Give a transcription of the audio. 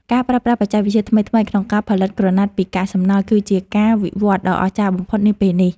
ការប្រើប្រាស់បច្ចេកវិទ្យាថ្មីៗក្នុងការផលិតក្រណាត់ពីកាកសំណល់ គឺជាការវិវត្តដ៏អស្ចារ្យបំផុតនាពេលនេះ។